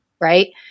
right